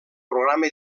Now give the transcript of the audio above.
programa